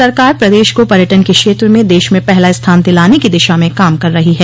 सरकार प्रदेश को पर्यटन के क्षेत्र में देश में पहला स्थान दिलाने की दिशा में काम कर रही है